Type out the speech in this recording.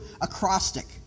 acrostic